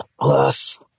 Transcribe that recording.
plus